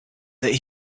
that